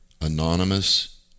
Anonymous